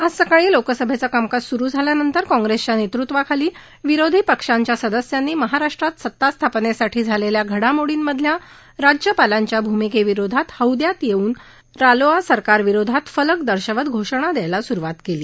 आज सकाळी लोकसभेचं कामकाज सुरु झाल्यानंतर काँग्रेसच्या नेतत्वाखाली विरोधी पक्षांच्या सदस्यांनी महाराष्ट्रात सतास्थापनेसाठी झालेल्या घडामोडींमधल्या राज्यपालांच्या भूमिके विरोधात हौद्यात येऊन रालोआ सरकार विरोधात फलक दर्शवत घोषणा द्यायला सुरुवात केली